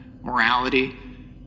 morality